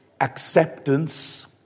acceptance